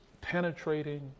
penetrating